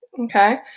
Okay